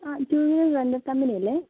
ആ junior rental company അല്ലേ